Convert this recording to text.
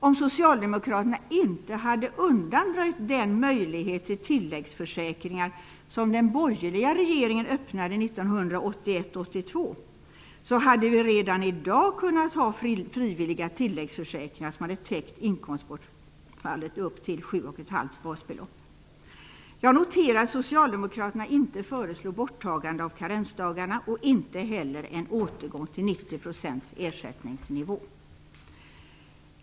Om socialdemokraterna inte hade undanröjt den möjlighet till tilläggsförsäkringar som den borgerliga regeringen öppnade 1981/82, så hade vi redan i dag kunnat ha frivilliga tilläggsförsäkringar som hade täckt inkomstbortfallet upp till 7,5 Jag noterar att Socialdemokraterna inte föreslår borttagande av karensdagarna och inte heller en återgång till en ersättningsnivå på 90 %.